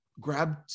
grab